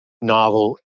novel